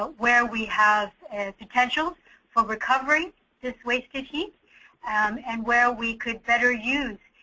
ah where we have potentials for recovery this wasted heat and where we could better use